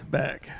back